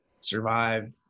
survive